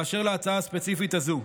באשר להצעה הספציפית הזאת,